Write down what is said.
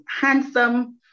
handsome